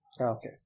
Okay